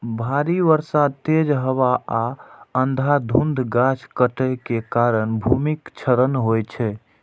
भारी बर्षा, तेज हवा आ अंधाधुंध गाछ काटै के कारण भूमिक क्षरण होइ छै